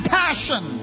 passion